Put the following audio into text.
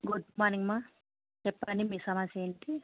good morning మా చెప్పండి మీ సమస్య ఏంటి